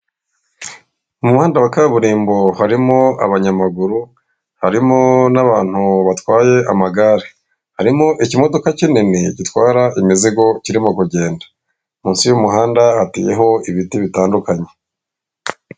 Mu muhanda wa kaburimbo harimo abanyamaguru, harimo n'abantu batwaye amagare, harimo ikimodoka kinini gitwara imizigo kirimo kugenda, munsi y'umuhanda hateyeho ibiti bitandukanye.